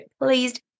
pleased